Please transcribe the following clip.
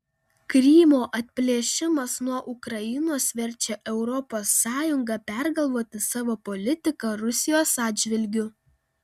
krymo atplėšimas nuo ukrainos verčia europos sąjungą pergalvoti savo politiką rusijos atžvilgiu